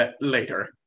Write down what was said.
later